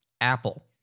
Apple